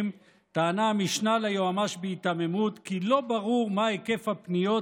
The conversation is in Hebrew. טענה המשנה ליועמ"ש בהיתממות כי לא ברור מה היקף הפניות